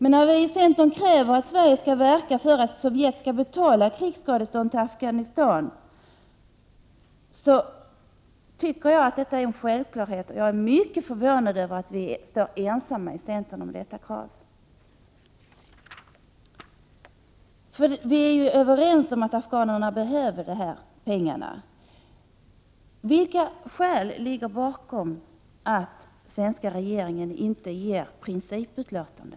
När vi i centern kräver att Sverige skall verka för att Sovjet skall betala krigsskadestånd till Afghanistan, tycker jag att detta är en självklarhet. Jag är mycket förvånad över att vi i centern står ensamma om detta krav. Vi är överens om att afghanerna behöver pengarna. Vilka skäl ligger bakom att den svenska regeringen inte gör ett principuttalande?